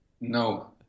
No